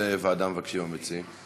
איזו ועדה מבקשים המציעים?